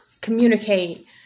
communicate